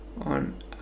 on